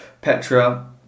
Petra